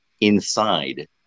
inside